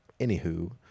anywho